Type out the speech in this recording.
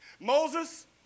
Moses